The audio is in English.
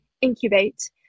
incubate